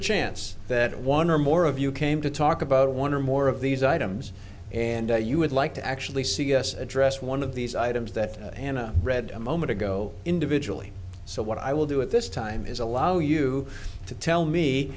a chance that one or more of you came to talk about one or more of these items and you would like to actually see us address one of these items that anna read a moment ago individually so what i will do at this time is allow you to tell